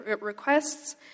requests